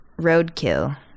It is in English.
roadkill